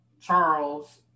Charles